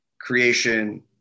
creation